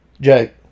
Jake